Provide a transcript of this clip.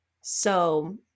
So-